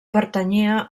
pertanyia